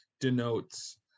denotes